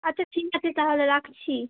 আচ্চা ঠিক আছে তাহলে রাখছি